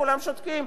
כולם שותקים.